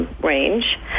range